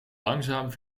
langzaam